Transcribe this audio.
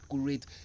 accurate